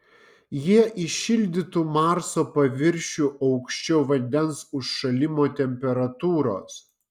jie įšildytų marso paviršių aukščiau vandens užšalimo temperatūros